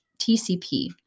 TCP